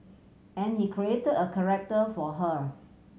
and he create a character for her